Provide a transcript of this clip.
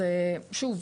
שוב,